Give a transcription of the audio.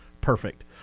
Perfect